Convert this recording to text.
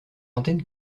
antenne